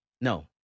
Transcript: no